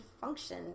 function